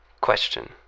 Question